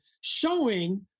showing